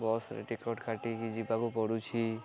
ବସ୍ରେ ଟିକଟ କାଟିକି ଯିବାକୁ ପଡ଼ୁଛି